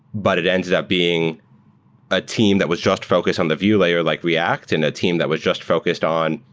but it ended up being a team that was just focused on the vue layer like react and a team that was just focused on,